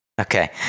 Okay